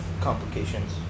complications